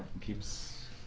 Keeps